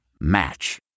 Match